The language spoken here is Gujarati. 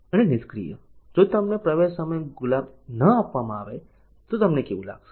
અને નિષ્ક્રિય જો તમને પ્રવેશ સમયે ગુલાબ ન આપવામાં આવે તો તમને કેવું લાગશે